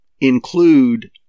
include